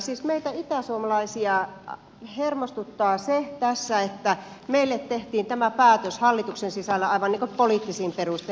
siis meitä itäsuomalaisia hermostuttaa se tässä että meille tehtiin tämä päätös hallituksen sisällä aivan niin kuin poliittisin perustein